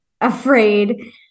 afraid